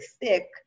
thick